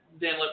Dan